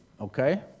Okay